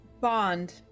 bond